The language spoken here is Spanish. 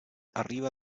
arriba